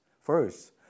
First